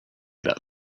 that